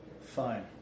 Fine